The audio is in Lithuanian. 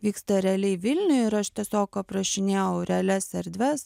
vyksta realiai vilniuj ir aš tiesiog aprašinėjau realias erdves